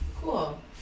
cool